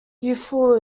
youthful